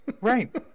Right